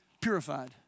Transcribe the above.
purified